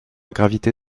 gravité